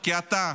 כי אתה,